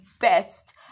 best